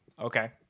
Okay